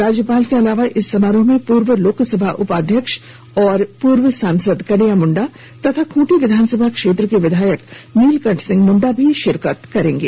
राज्यपाल के अलावा इस समारोह में पूर्व लोकसभा उपाध्यक्ष और पूर्व सांसद कड़िया मुंडा और खूंटी विधानसभा क्षेत्र के विधायक नीलकंठ सिंह मुंडा भी शिरकत करेंगे